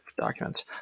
documents